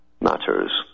matters